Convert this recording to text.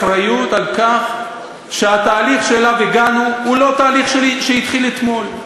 אחריות על כך שהתהליך שאליו הגענו הוא לא תהליך שהתחיל אתמול.